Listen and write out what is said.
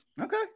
Okay